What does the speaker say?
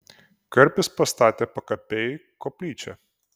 karpis pastatė pakapėj koplyčią